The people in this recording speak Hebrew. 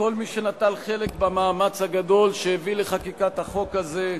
לכל מי שנטל חלק במאמץ הגדול שהביא לחקיקת החוק הזה,